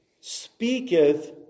speaketh